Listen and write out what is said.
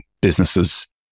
businesses